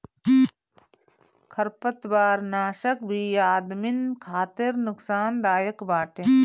खरपतवारनाशक भी आदमिन खातिर नुकसानदायक बाटे